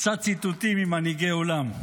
קצת ציטוטים ממנהיגי עולם.